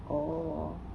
oh